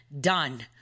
done